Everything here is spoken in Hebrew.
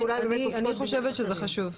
אני חושבת שזה חשוב.